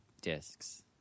discs